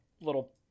little